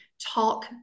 talk